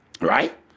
right